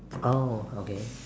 oh okay